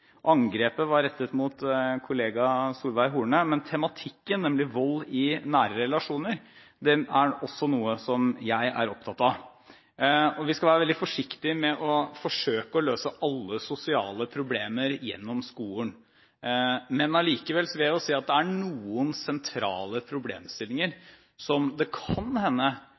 angrepet var rettet mot kollega Solveig Horne, men tematikken, nemlig vold i nære relasjoner, er også noe jeg er opptatt av. Vi skal være veldig forsiktig med å prøve å løse alle sosiale problemer gjennom skolen, men jeg vil jo likevel si at det er noen sentrale problemstillinger som det kan hende